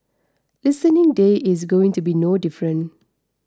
listening day is going to be no different